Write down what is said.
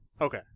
Okay